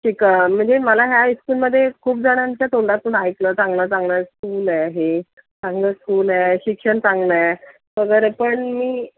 शिक म्हणजे मला ह्या इस्कूलमध्ये खूपजणांच्या तोंडातून ऐकलं चांगलं चांगलं स्कूल आहे हे चांगलं स्कूल आहे शिक्षण चांगलं आहे वगैरे पण मी